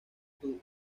tuvo